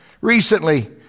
Recently